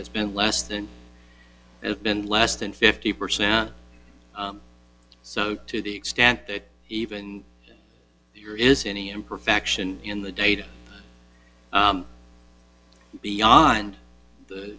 has been less than it's been less than fifty percent so to the extent that even the year is any imperfection in the data beyond the